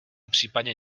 případně